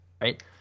Right